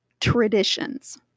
traditions